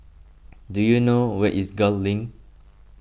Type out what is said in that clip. do you know where is Gul Link